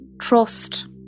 trust